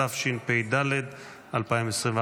התשפ"ד 2024,